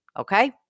okay